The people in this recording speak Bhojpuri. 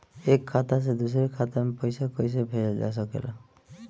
एक खाता से दूसरे खाता मे पइसा कईसे भेजल जा सकेला?